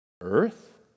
Earth